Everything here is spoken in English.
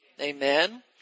amen